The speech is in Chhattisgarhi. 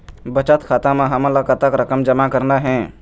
बचत खाता म हमन ला कतक रकम जमा करना हे?